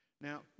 Now